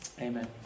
Amen